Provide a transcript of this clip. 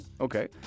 Okay